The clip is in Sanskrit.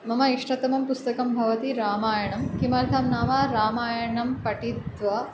मम इष्टतमं पुस्तकं भवति रामायणं किमर्थं नाम रामायणं पठित्वा